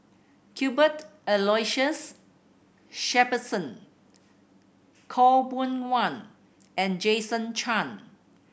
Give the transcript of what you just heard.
Cuthbert Aloysius Shepherdson Khaw Boon Wan and Jason Chan